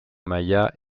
maya